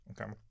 Okay